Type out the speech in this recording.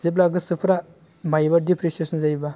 जेब्ला गोसोफ्रा मायबा डिप्रेसेशन जायोबा